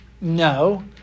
no